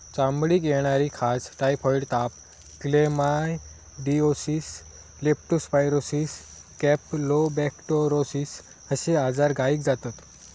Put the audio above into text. चामडीक येणारी खाज, टायफॉइड ताप, क्लेमायडीओसिस, लेप्टो स्पायरोसिस, कॅम्पलोबेक्टोरोसिस अश्ये आजार गायीक जातत